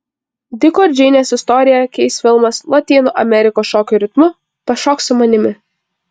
diko ir džeinės istoriją keis filmas lotynų amerikos šokių ritmu pašok su manimi